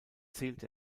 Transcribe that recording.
zählt